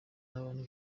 n’abantu